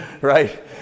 Right